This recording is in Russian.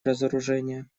разоружение